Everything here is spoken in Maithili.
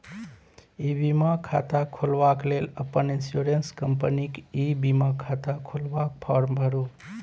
इ बीमा खाता खोलबाक लेल अपन इन्स्योरेन्स कंपनीक ई बीमा खाता खोलबाक फार्म भरु